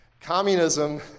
communism